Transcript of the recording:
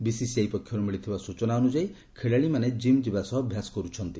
BCCI ପକ୍ଷରୁ ମିଳିଥିବା ସୂଚନାନୁଯାୟୀ ଖେଳାଳିମାନେ ଜିମ୍ ଯିବା ସହ ଅଭ୍ୟାସ କରୁଛନ୍ତି